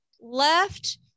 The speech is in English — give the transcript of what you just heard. left